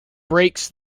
brakes